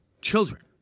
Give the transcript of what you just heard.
children